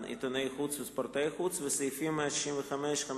(עיתונאי חוץ וספורטאי חוץ) וסעיפים 165(15)